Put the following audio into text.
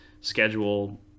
schedule